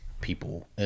people